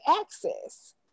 access